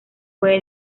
puede